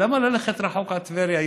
למה ללכת רחוק עד טבריה?